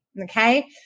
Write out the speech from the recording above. okay